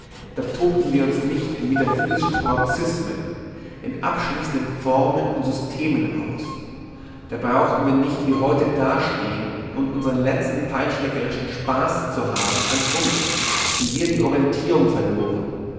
da tobten wir uns nicht in metaphysischen paroxysmen in abschließenden formeln und systemen aus da brauchten wir nicht wie heute dastehn und unseren letzten feinschmeckerischen spaß zu haben an uns die wir die orientierung verloren